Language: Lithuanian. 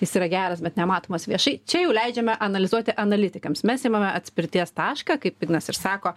jis yra geras bet nematomas viešai čia jau leidžiame analizuoti analitikams mes imame atspirties tašką kaip ignas ir sako